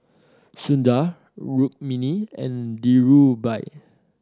Sundar Rukmini and Dhirubhai